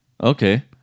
Okay